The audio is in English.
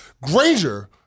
Granger